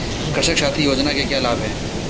कृषक साथी योजना के क्या लाभ हैं?